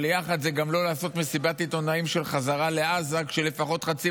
אבל יחד זה גם לא לעשות מסיבת עיתונאים של חזרה לעזה כשלפחות חצי